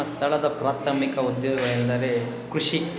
ಸ್ಥಳದ ಪ್ರಾಥಮಿಕ ಉದ್ಯೋಗ ಎಂದರೆ ಕೃಷಿ